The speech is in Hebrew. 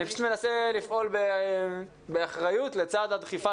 אני פשוט מנסה לפעול באחריות לצד הדחיפה